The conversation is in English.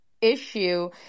issue